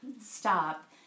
stop